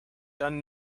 done